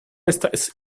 estas